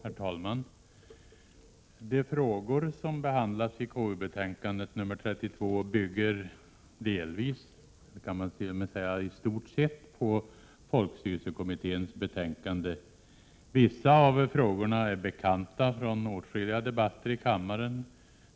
Herr talman! De frågor som behandlas i konstitutionsutskottets betänkande 32 bygger i stort sett på folkstyrelsekommitténs betänkande. Vissa av frågorna är bekanta från åtskilliga debatter i kammaren.